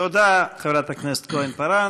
תודה, חברת הכנסת כהן-פארן.